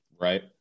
Right